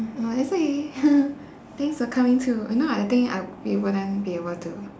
no it's okay thanks for coming too if not I think I we wouldn't be able to